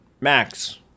Max